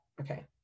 Okay